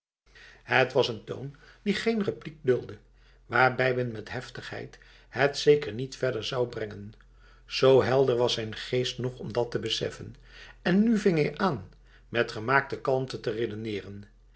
het was een toon die geen repliek duldde waarbij men met heftigheid het zeker niet verder zou brengen zo helder was zijn geest nog om dat te beseffen en nu ving hij aan met gemaakte kalmte te redeneren